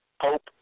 Pope